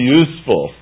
useful